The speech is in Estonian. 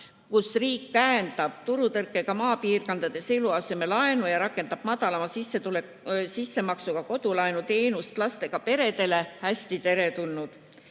riik käendab turutõrkega maapiirkondades eluasemelaenu ja rakendab väiksema sissemaksega kodulaenuteenust lastega peredele, hästi teretulnud.